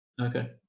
Okay